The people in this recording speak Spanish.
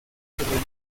selena